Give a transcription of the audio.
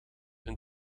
een